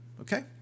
Okay